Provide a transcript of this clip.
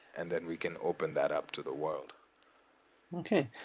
and then, we can open that up to the world okay.